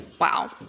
Wow